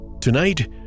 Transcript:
Tonight